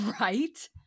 Right